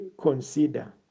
consider